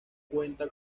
cuenta